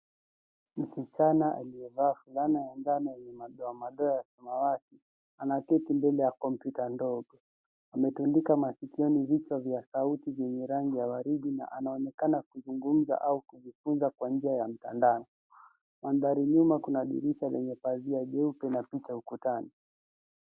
Msichana aliyevaa fulana ya njano yenye madoamadoa ya samawati anaketi mbele ya kompyuta ndogo. Ametundika masikioni vichwa vya sauti vyenye rangi ya waridi na anaonekana kuzungumza au kujifunza kwa njia ya mtandao. Mandhari nyuma kuna dirisha lenye pazia jeupe na picha ukutani.